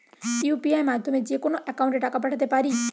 UPI মাধ্যমে যেকোনো একাউন্টে টাকা পাঠাতে পারি?